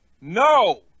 No